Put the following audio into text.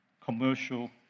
commercial